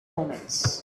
omens